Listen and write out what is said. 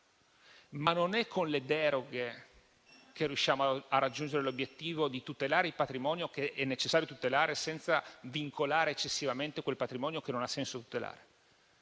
Ma non è con le deroghe che riusciamo a raggiungere l'obiettivo di tutelare il patrimonio, che è necessario tutelare senza vincolare eccessivamente quel patrimonio che non ha senso tutelare.